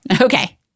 Okay